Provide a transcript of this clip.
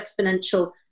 exponential